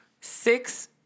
Six